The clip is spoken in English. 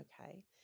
Okay